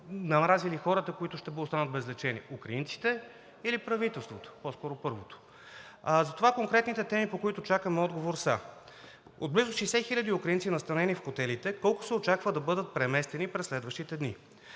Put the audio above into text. намразили хората, които ще останат без лечение – украинците или правителството? По-скоро първото. Затова конкретните теми, по които чакаме отговор, са: от близо 60 000 украинци, настанени в хотелите, колко се очаква да бъдат преместени през следващите дни?